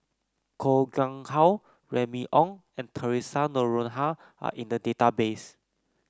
Koh Nguang How Remy Ong and Theresa Noronha are in the database